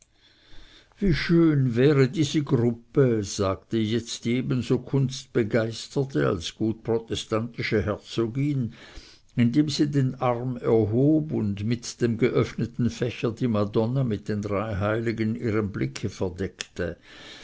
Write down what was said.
wie schön wäre diese gruppe sagte jetzt die ebenso kunstbegeisterte als gut protestantische herzogin indem sie den arm erhob und mit dem geöffneten fächer die madonna mit den drei heiligen ihrem blicke verdeckte